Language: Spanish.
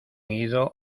ido